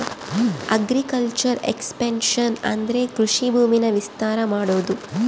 agriculture expansion ಅಂದ್ರೆ ಕೃಷಿ ಭೂಮಿನ ವಿಸ್ತಾರ ಮಾಡೋದು